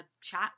chat